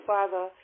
Father